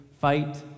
Fight